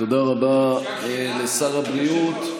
תודה רבה לשר הבריאות.